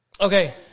Okay